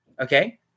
okay